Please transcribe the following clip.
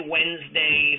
Wednesday